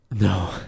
No